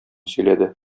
сөйләде